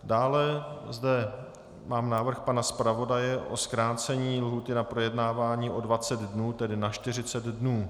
Dále zde mám návrh pana zpravodaje o zkrácení lhůty na projednávání o 20 dnů, tedy na 40 dnů.